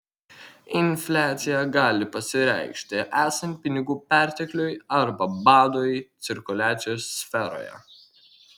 infliacija gali pasireikšti esant pinigų pertekliui arba badui cirkuliacijos sferoje